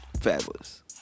Fabulous